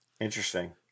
Interesting